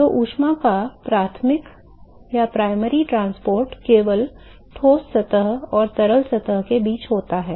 तो ऊष्मा का प्राथमिक परिवहन केवल ठोस सतह और तरल सतह के बीच होता है